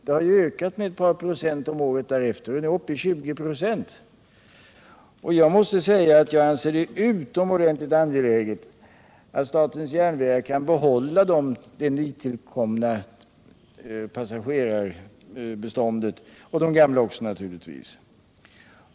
Siffran har ökat ett par procent om året därefter och är nu uppe i 20 96. Jag måste säga att jag anser det utomordentligt angeläget att statens järnvägar kan behålla de nytillkomna passagerarna, liksom naturligtvis de gamla.